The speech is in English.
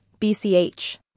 BCH